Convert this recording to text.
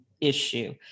issue